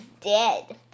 dead